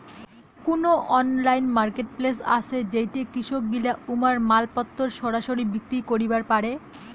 কুনো online marketplace আছে যেইঠে কৃষকগিলা উমার মালপত্তর সরাসরি বিক্রি করিবার পারে?